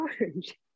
orange